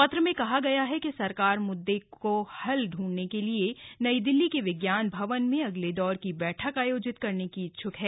पत्र में कहा गया है कि सरकार मुद्दे का हल ढूंढने के लिए नई दिल्ली के विज्ञान भवन में अगले दौर की बैठक आयोजित करने की इच्छ्क है